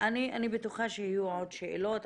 -- אני בטוחה שיהיו עוד שאלות,